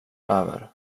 över